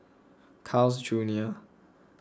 Carl's Junior